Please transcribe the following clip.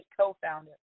co-founder